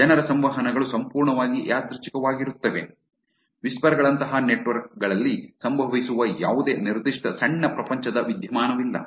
ಜನರ ಸಂವಹನಗಳು ಸಂಪೂರ್ಣವಾಗಿ ಯಾದೃಚ್ಛಿಕವಾಗಿರುತ್ತವೆ ವಿಸ್ಪರ್ ಗಳಂತಹ ನೆಟ್ವರ್ಕ್ನಲ್ಲಿ ಸಂಭವಿಸುವ ಯಾವುದೇ ನಿರ್ದಿಷ್ಟ ಸಣ್ಣ ಪ್ರಪಂಚದ ವಿದ್ಯಮಾನವಿಲ್ಲ